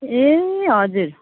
ए हजुर